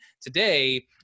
today